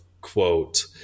quote